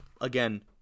Again